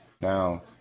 Now